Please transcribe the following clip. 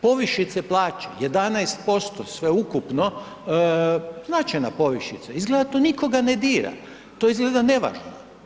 Povišice plaće, 11%, sveukupno, značajna povišica, izgleda to nikoga ne dira, to izgleda nevažno.